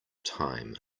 time